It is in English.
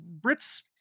Brits